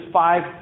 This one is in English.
five